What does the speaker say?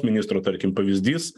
ministro tarkim pavyzdys